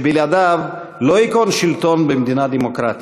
שבלעדיו לא ייכון שלטון במדינה דמוקרטית.